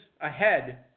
ahead